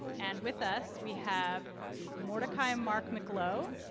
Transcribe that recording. and with us we have mordecai-mark mac low,